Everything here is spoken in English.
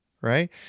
Right